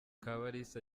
kabalisa